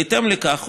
בהתאם לכך,